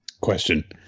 Question